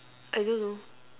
I don't know